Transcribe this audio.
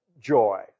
joy